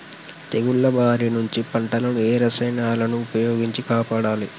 తెగుళ్ల బారి నుంచి పంటలను ఏ రసాయనాలను ఉపయోగించి కాపాడాలి?